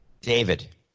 David